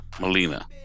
Melina